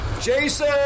Jason